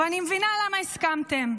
ואני מבינה למה הסכמתם.